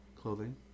Clothing